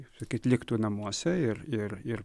kaip sakyt liktų namuose ir ir ir